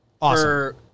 Awesome